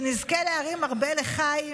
שנזכה להרים הרבה לחיים